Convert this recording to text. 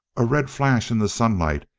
a red flash in the sunlight,